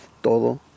todo